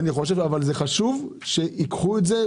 אבל חשוב שייקחו את זה,